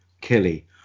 Kelly